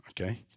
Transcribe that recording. okay